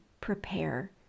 prepare